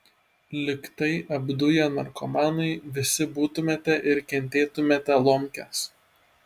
lyg tai apduję narkomanai visi būtumėte ir kentėtumėte lomkes